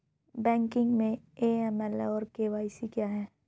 Banking में AML और KYC क्या हैं?